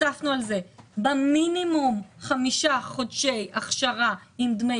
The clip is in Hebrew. הוספנו על זה במינימום חמישה חודשי הכשרה עם דמי